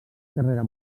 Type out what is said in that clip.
carrera